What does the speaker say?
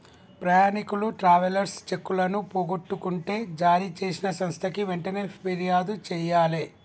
ప్రయాణీకులు ట్రావెలర్స్ చెక్కులను పోగొట్టుకుంటే జారీచేసిన సంస్థకి వెంటనే పిర్యాదు జెయ్యాలే